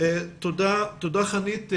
תודה, חנית.